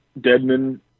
Deadman